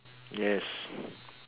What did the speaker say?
yes